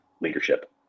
leadership